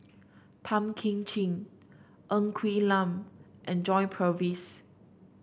Tan Kim Ching Ng Quee Lam and John Purvis